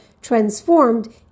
transformed